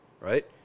right